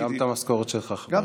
גם את המשכורת שלך, חבר הכנסת פורר.